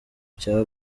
cya